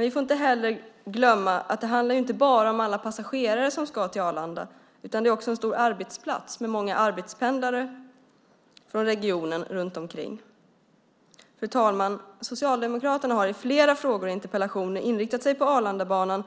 Vi får inte heller glömma att det inte bara handlar om alla passagerare som ska till Arlanda, utan det är också en stor arbetsplats med många arbetspendlare från regionen runt omkring. Fru talman! Socialdemokraterna har i flera frågor och interpellationer inriktat sig på Arlandabanan